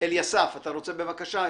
אליסף, בבקשה.